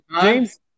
James